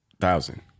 thousand